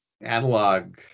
analog